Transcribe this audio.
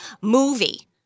movie